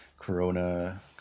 Corona